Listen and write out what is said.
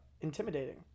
intimidating